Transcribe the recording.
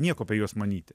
nieko apie juos manyti